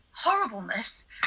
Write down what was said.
horribleness